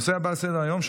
הנושא הבא על סדר-היום,